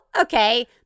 okay